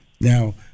Now